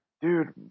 dude